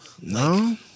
No